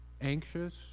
anxious